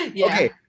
Okay